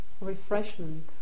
refreshment